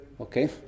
Okay